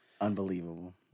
Unbelievable